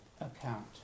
account